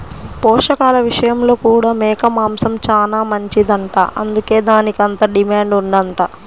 పోషకాల విషయంలో కూడా మేక మాంసం చానా మంచిదంట, అందుకే దానికంత డిమాండ్ ఉందంట